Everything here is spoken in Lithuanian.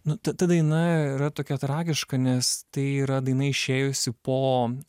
nu ta ta daina yra tokia tragiška nes tai yra daina išėjusi po